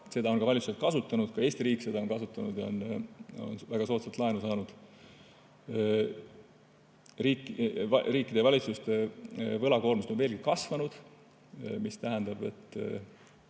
on valitsused kasutanud, ka Eesti riik on seda kasutanud ja väga soodsalt laenu saanud. Riikide ja valitsuste võlakoormused on veelgi kasvanud, mis tähendab, et